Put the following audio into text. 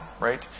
right